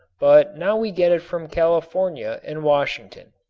but now we get it from california and washington.